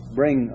bring